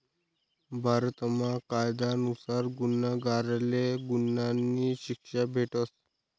भारतमा कायदा नुसार गुन्हागारले गुन्हानी शिक्षा भेटस